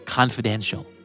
Confidential